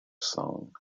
song